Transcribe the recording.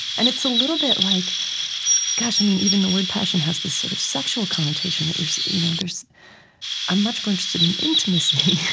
and it's a little bit like gosh, i mean, even the word, passion, has this sort of sexual connotation that you're you know i'm much more interested in intimacy